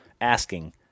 Asking